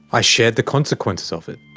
i shared the consequences of it.